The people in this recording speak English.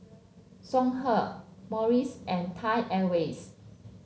Songhe Morries and Thai Airways